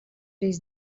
trīs